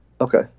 Okay